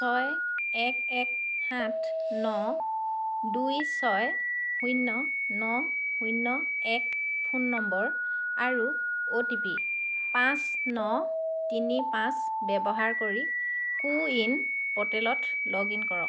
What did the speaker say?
ছয় এক এক সাত ন দুই ছয় শূন্য ন শূন্য এক ফোন নম্বৰ আৰু অ' টি পি পাঁচ ন তিনি পাঁচ ব্যৱহাৰ কৰি কো ৱিন প'ৰ্টেলত লগ ইন কৰক